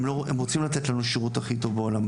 הם רוצים לתת לנו שירות הכי טוב בעולם.